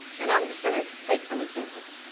and i'm just gonna take some examples.